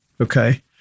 Okay